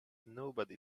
nobody